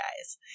guys